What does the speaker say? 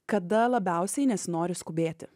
kada labiausiai nesinori skubėti